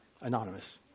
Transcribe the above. Anonymous